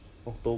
oh is it